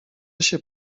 się